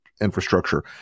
infrastructure